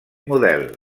model